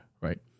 right